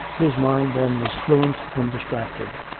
his mind, then, was fluent and distracted